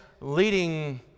leading